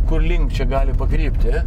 kur link čia gali pakrypti